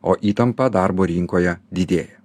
o įtampa darbo rinkoje didėja